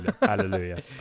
Hallelujah